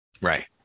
right